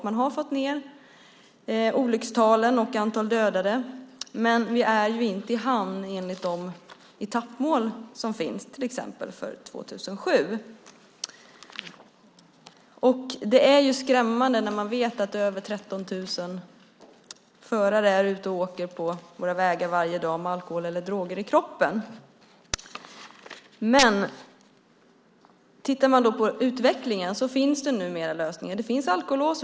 Man har fått ned olyckstalen och antalet dödade. Men vi är inte i hamn enligt de etappmål som finns, till exempel för 2007. Det är skrämmande när man vet att över 13 000 förare är ute och åker på vägar varje dag med alkohol eller droger i kroppen. Men om vi tittar på utvecklingen ser vi att det numera finns lösningar. Det finns alkolås.